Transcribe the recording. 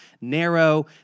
narrow